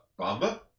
Bamba